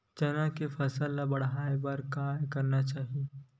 चना के फसल बढ़ाय बर का करना चाही?